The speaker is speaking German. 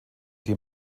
die